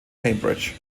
cambridge